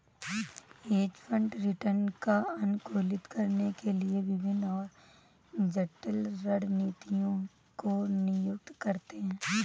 hedge fund return को अनुकूलित करने के लिए विभिन्न और जटिल रणनीतियों को नियुक्त करते हैं